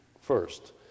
first